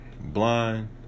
blind